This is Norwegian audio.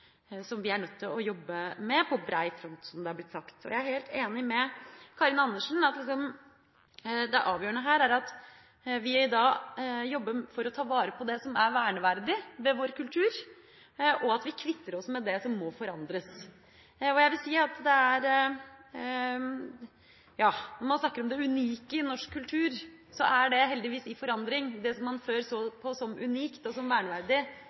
som vi er nødt til å jobbe med på bred front, som det er blitt sagt. Jeg er helt enig med Karin Andersen i at det avgjørende her er at vi jobber for å ta vare på det som er verneverdig ved vår kultur, og at vi kvitter oss med det som må forandres. Jeg vil si at når man snakker om det unike i norsk kultur, er det heldigvis i forandring. Det som man før så på som unikt og verneverdig,